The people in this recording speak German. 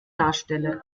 darstelle